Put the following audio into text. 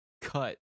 cut